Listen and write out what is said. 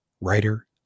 writer